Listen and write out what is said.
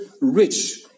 rich